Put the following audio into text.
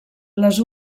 les